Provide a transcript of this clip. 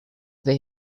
they